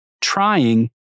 trying